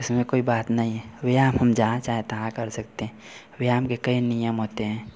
उसमें कोई बात नहीं व्यायाम हम जहाँ चाहें तहाँ कर सकते हैं व्यायाम के कई नियम होते हैं